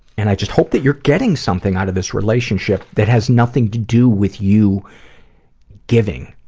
and i just hope that you're getting something out of this relationship that has nothing to do with you giving,